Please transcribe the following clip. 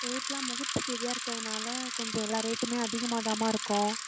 எதுக்குன்னா முகூர்த்த தேதியாக இருக்கிறதுனால கொஞ்சம் எல்லா ரேட்டுமே அதிகமாகதாம்மா இருக்கும்